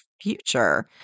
future